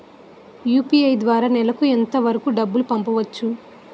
UPI ద్వారా నెలకు ఎంత వరకూ డబ్బులు పంపించవచ్చు?